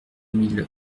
mille